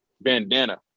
Bandana